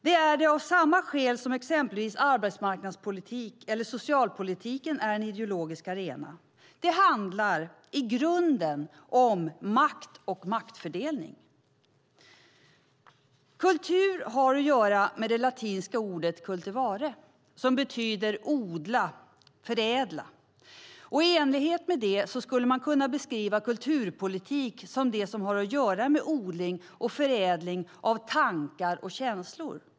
Den är det av samma skäl som exempelvis arbetsmarknadspolitiken eller socialpolitiken är en ideologisk arena: Det handlar i grunden om makt och maktfördelning. Kultur har att göra med det latinska ordet cultivare, som betyder odla, förädla. I enlighet med det skulle man kunna beskriva kulturpolitik som det som har att göra med odling och förädling av tankar och känslor.